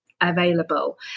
available